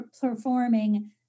performing